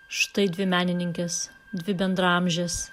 štai dvi menininkės dvi bendraamžės